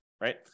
right